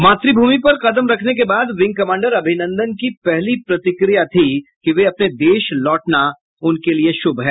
मातृभूमि पर कदम रखने के बाद विंग कमांडर अभिनंदन की पहली प्रतिक्रिया थी कि अपने देश लौटना उनके लिए शुभ है